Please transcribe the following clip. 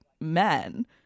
men